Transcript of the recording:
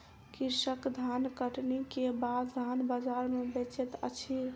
कृषक धानकटनी के बाद धान बजार में बेचैत अछि